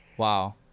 Wow